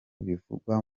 bivugwa